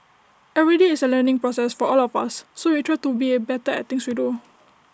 every day is A learning process for all of us so we try to be A better at things we do